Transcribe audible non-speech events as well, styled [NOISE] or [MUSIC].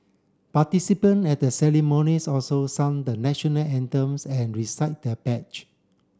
participant at the ceremonies also sang the National Anthem and recite the [UNINTELLIGIBLE]